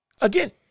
Again